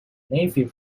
navy